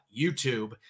YouTube